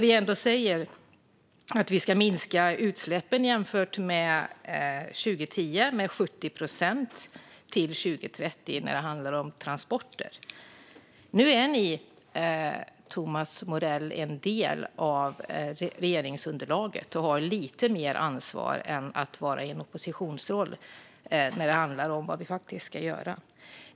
Vi säger att vi ska minska utsläppen med 70 procent till 2030, jämfört med 2010, när det handlar om transporter. Nu är ni, Thomas Morell, en del av regeringsunderlaget och har lite mer ansvar än när ni är i en oppositionsroll när det handlar om vad vi faktiskt ska göra.